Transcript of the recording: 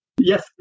Yes